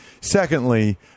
Secondly